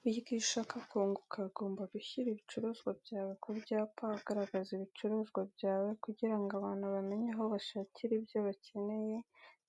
Burya iyo ushaka kunguka, ugomba gushyira ibicuruzwa byawe ku byapa ugaragaza ibicuruzwa byawe kugira ngo abantu bamenye aho bashakira ibyo bakeneye